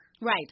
Right